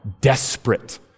desperate